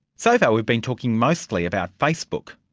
so far we've been talking mostly about facebook,